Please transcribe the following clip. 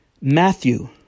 Matthew